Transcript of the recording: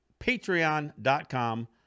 patreon.com